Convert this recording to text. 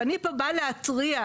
ואני פה באה להתריע,